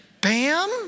Bam